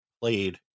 played